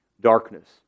darkness